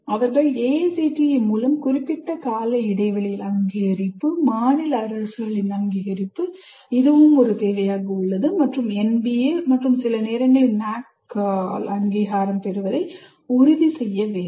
அவர்கள் AICTE மூலம் குறிப்பிட்ட கால இடை வெளியில் அங்கீகரிப்பு மாநில அரசுகள் இது ஒரு தேவை மற்றும் NBA மற்றும் சில நேரங்களில் NAAC ஆல் அங்கீகாரம் பெறுவதை உறுதி செய்ய வேண்டும்